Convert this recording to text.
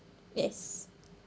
yes